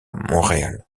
montréal